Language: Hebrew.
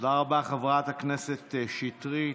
תודה רבה, חברת הכנסת שטרית.